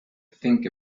think